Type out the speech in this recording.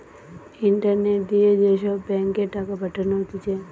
internet দিয়ে যে সব ব্যাঙ্ক এ টাকা পাঠানো হতিছে